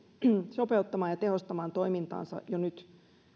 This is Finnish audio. sopeuttamaan ja tehostamaan toimintaansa jo nyt